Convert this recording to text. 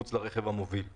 כבוד היושב-ראש צודק.